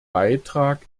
beitrag